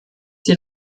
die